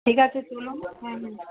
ঠিক আছে চলুন হ্যাঁ হ্যাঁ